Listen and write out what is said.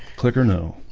click or no,